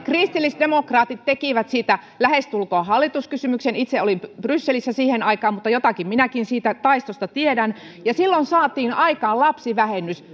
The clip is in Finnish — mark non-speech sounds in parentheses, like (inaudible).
kristillisdemokraatit tekivät siitä lähestulkoon hallituskysymyksen itse olin brysselissä siihen aikaan mutta jotakin minäkin siitä taistosta tiedän silloin saatiin aikaan lapsivähennys (unintelligible)